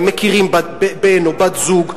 הם מכירים בן או בת זוג,